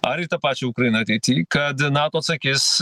ar į tą pačią ukrainą ateity kad nato atsakys